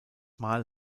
mal